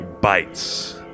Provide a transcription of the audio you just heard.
bites